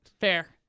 Fair